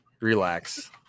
relax